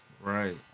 Right